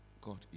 God